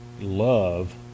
love